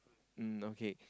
mm okay